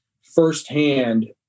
firsthand